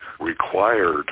required